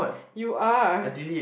you are